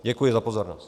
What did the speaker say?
Děkuji za pozornost.